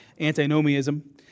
Antinomianism